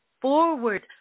forward